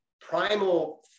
primal